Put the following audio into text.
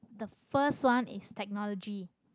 the first one is technology